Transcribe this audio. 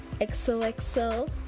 XOXO